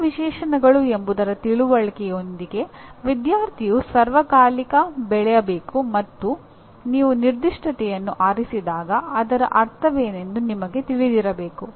ಯಾವ ವಿಶೇಷಣಗಳು ಎಂಬುದರ ತಿಳುವಳಿಕೆಯೊಂದಿಗೆ ವಿದ್ಯಾರ್ಥಿಯು ಸಾರ್ವಕಾಲಿಕ ಬೆಳೆಯಬೇಕು ಮತ್ತು ನೀವು ನಿರ್ದಿಷ್ಟತೆಯನ್ನು ಆರಿಸಿದಾಗ ಅದರ ಅರ್ಥವೇನೆಂದು ನಿಮಗೆ ತಿಳಿದಿರಬೇಕು